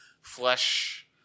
flesh